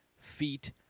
feet